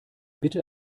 bitte